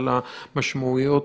את המשמעויות.